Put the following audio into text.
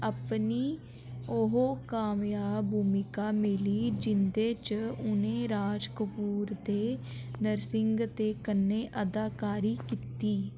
अपनी ओह् कामजाब भूमिका मिली जिंदे च उ'नें राज कपूर दे नरसिंह दे कन्नै अदाकारी कीती